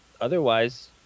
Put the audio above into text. otherwise